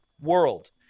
world